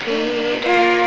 Peter